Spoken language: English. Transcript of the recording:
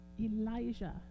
Elijah